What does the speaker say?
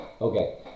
Okay